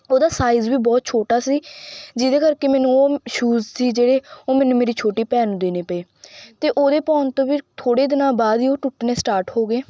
ਉਹਦਾ ਸਾਈਜ਼ ਵੀ ਬਹੁਤ ਛੋਟਾ ਸੀ ਜਿਹਦੇ ਕਰਕੇ ਮੈਨੂੰ ਉਹ ਸ਼ੂਜ਼ ਸੀ ਜਿਹੜੇ ਉਹ ਮੈਨੂੰ ਮੇਰੀ ਛੋਟੀ ਭੈਣ ਨੂੰ ਦੇਣੇ ਪਏ ਅਤੇ ਉਹਦੇ ਪਾਉਣ ਤੋਂ ਵੀ ਥੋੜ੍ਹੇ ਦਿਨਾਂ ਬਾਅਦ ਹੀ ਉਹ ਟੁੱਟਣੇ ਸਟਾਰਟ ਹੋ ਗਏ